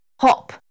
Hop